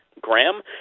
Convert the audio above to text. Graham